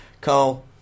Carl